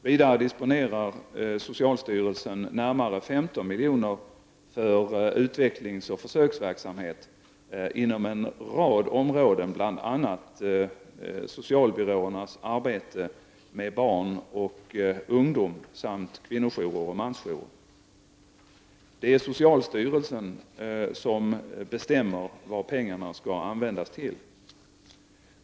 Vidare disponerar socialstyrelsen närmare 15 milj.kr. för utvecklingsoch försöksverksamhet inom en rad områden, bl.a. socialbyråernas arbete med barn och ungdom samt kvinnojourer och mansjourer. Det är socialstyrelsen som bestämmer vad pengarna skall användas till.